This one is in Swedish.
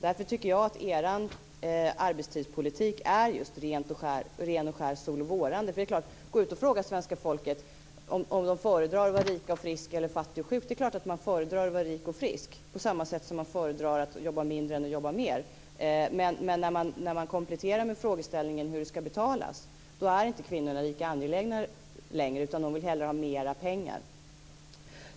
Därför tycker jag att er arbetstidspolitik är just rent och skärt solochvårande. Gå ut och fråga svenskar om de föredrar att vara rika och friska eller fattiga och sjuka. Det är klart att de föredrar att vara rika och friska, på samma sätt som de föredrar att jobba mindre än att jobba mer. Men när man kompletterar med frågeställningen hur det ska betalas är kvinnorna inte lika angelägna längre, utan de vill hellre ha mera pengar.